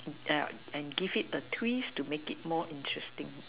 and give it a twist to make it more interesting